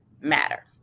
matter